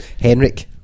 Henrik